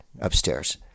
upstairs